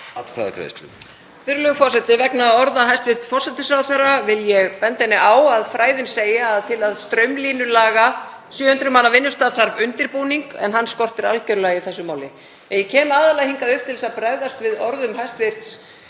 Virðulegur forseti. Vegna orða hæstv. forsætisráðherra vil ég benda henni á að fræðin segja að til að straumlínulaga 700 manna vinnustað þurfi undirbúning en hann skortir algjörlega í þessu máli. En ég kem aðallega hingað upp til að bregðast við orðum hæstv.